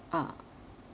ah